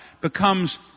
becomes